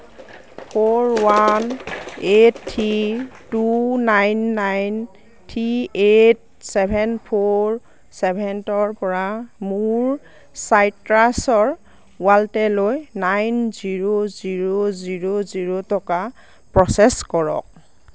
four one eight three two nine nine three eight seven four ছেভেনৰ পৰা মোৰ চাইট্ৰাছৰ ৱালেটলৈ nine zero zero zero zero টকা প্ৰ'চেছ কৰক